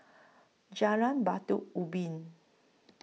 Jalan Batu Ubin